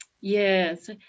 Yes